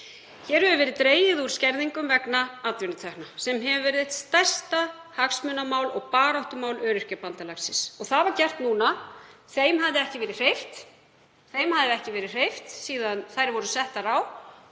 Hér hefur verið dregið úr skerðingum vegna atvinnutekna, sem hefur verið eitt stærsta hagsmunamál og baráttumál Öryrkjabandalagsins. Það var gert núna en við þeim hafði ekki verið hreyft síðan þær voru settar á